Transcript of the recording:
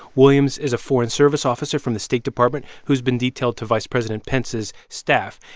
williams is a foreign service officer from the state department who's been detailed to vice president pence's staff.